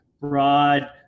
broad